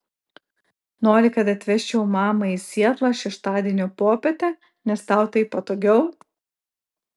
nori kad atvežčiau mamą į sietlą šeštadienio popietę nes tau taip patogiau